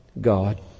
God